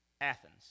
Athens